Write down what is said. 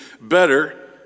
better